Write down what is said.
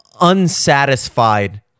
unsatisfied